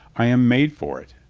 i am made for it.